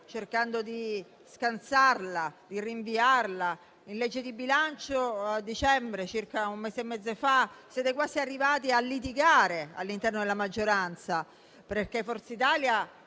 cercando di scansarlo e di rinviarlo. In legge di bilancio a dicembre, circa un mese e mezzo fa, siete quasi arrivati a litigare all'interno della maggioranza, perché Forza Italia